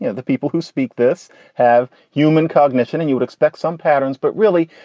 you know the people who speak this have human cognition and you would expect some patterns. but really,